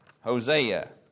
Hosea